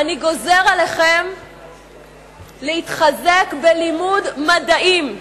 "אני גוזר עליכם להתחזק בלימוד מדעים".